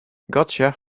gotcha